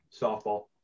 Softball